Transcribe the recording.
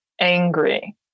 angry